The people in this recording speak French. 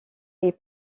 est